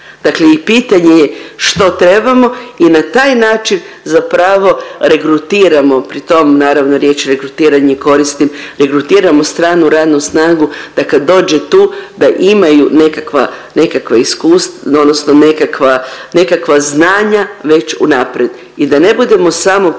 Dakle i pitanje je što trebamo i na taj način zapravo regrutiramo, pri tom naravno riječ regrutiranje koristim, regrutiramo stranu radnu snagu da kad dođe tu da imaju nekakva, nekakva iskustva odnosno nekakva, nekakva znanja već unaprijed i da ne budemo samo prolazna